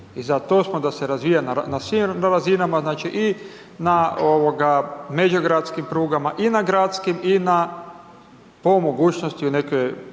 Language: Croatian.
Za to smo da se razvija na svim razinama, znači i na međugradskim prugama i na gradskim i na po mogućnosti, u nekoj